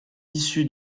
issue